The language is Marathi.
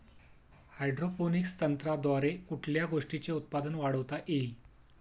हायड्रोपोनिक्स तंत्रज्ञानाद्वारे कुठल्या गोष्टीचे उत्पादन वाढवता येईल?